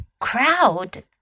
crowd